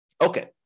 Okay